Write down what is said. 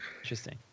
interesting